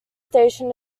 station